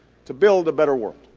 to build a better world.